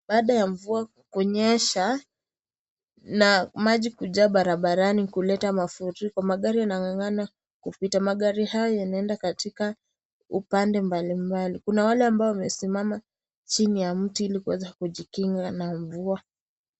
Baada ya mvua kunyesha na maji kujaa barabarani kuleta mafuriko, magari yanangangana kupita, magari haya yanaenda katika upande mbalimbali. Kuna wale ambao wamesimama chini ya mti ili kuweza kujikinga na mvua.